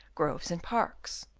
groves and parks.